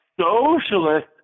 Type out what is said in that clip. socialist